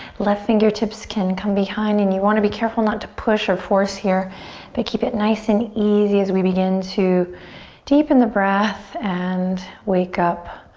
left fingertips can come behind and you want to be careful not to push or force here but keep it nice and easy as we begin to deepen the breath and wake up